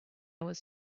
was